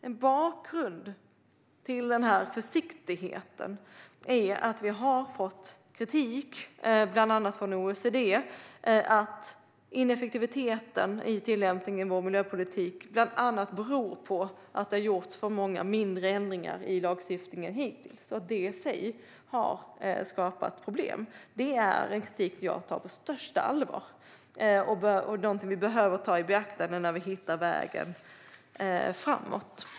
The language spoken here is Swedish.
En bakgrund till försiktigheten är att vi har fått kritik, bland annat från OECD, för att ineffektiviteten i vår miljöpolitik bland annat beror på att det har gjorts för många små ändringar i lagstiftningen hittills och att det i sig har skapat problem. Det är en kritik som jag tar på största allvar och någonting som vi behöver ta i beaktande när vi ska hitta vägen framåt.